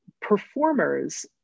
performers